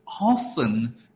often